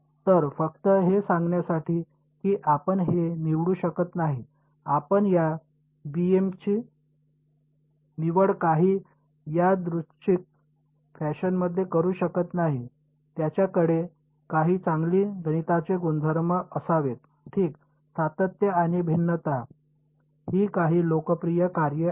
तर फक्त हे सांगण्यासाठी की आपण हे निवडू शकत नाही आपण या बीएमची निवड काही यादृच्छिक फॅशनमध्ये करू शकत नाही त्यांच्याकडे काही चांगले गणिताचे गुणधर्म असावेत ठीक सातत्य आणि भिन्नता ही काही लोकप्रिय कार्ये आहेत